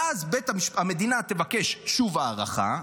ואז המדינה תבקש שוב הארכה.